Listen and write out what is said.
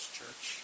church